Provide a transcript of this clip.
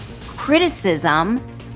criticism